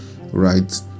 right